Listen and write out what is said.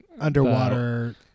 underwater